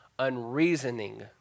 unreasoning